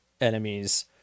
enemies